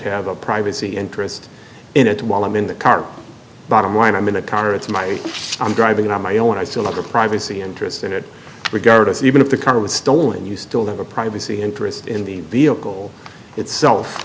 have a privacy interest in it while i'm in the car bottom line i'm in a car it's my driving on my own i see a lot of privacy interest in it regardless even if the car was stolen you still have a privacy interest in the vehicle itself